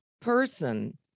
person